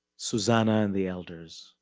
susanna and the elders,